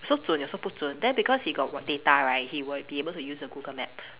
有时候准有时候不准 then because he got data right he would be able to use the Google map